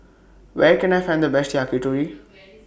Where Can I Find The Best Yakitori